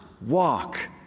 walk